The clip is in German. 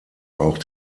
auch